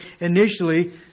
initially